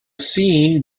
scene